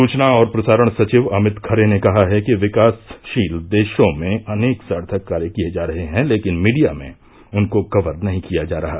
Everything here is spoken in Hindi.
सूचना और प्रसारण सचिव अमित खरे ने कहा है कि विकासशील देशों में अनेक सार्थक कार्य किये जा रहे है लेकिन मीडिया में उनकों कवर नही किया जा रहा